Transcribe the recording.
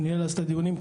שניהל אז את הדיונים,